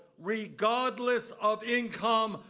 regardless of income,